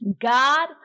God